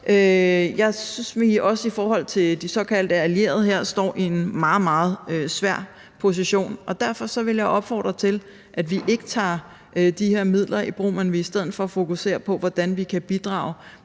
Jeg synes, at vi i forhold til de såkaldte allierede her står i en meget, meget svær position. Derfor vil jeg opfordre til, at vi ikke tager de her midler i brug, men i stedet for fokuserer på, hvordan vi kan bidrage